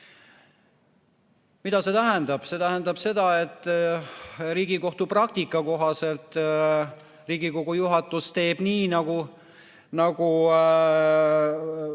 Mida see tähendab? See tähendab seda, et praktika kohaselt Riigikogu juhatus teeb nii, nagu